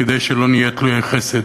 כדי שלא נהיה תלויי חסד